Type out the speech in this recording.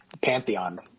pantheon